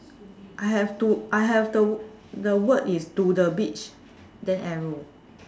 I have to I have the the word is to the beach then arrow